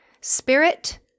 Spirit